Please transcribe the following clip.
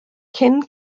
cyn